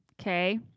Okay